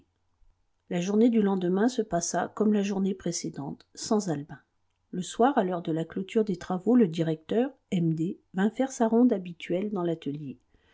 la journée du lendemain se passa comme la journée précédente sans albin le soir à l'heure de la clôture des travaux le directeur m d vint faire sa ronde habituelle dans l'atelier